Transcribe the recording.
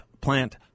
plant